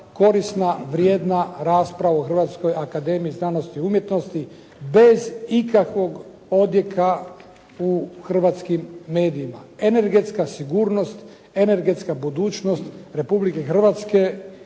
korisna, vrijedna rasprava u Hrvatskoj akademiji znanosti i umjetnosti bez ikakvog odjeka u hrvatskim medijima. Energetska sigurnost, energetska budućnost Republike Hrvatske